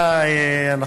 לא התעייפת?